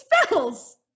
spells